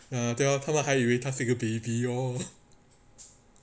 mm 对啊他们还以为他是个 baby oh